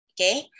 Okay